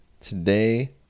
today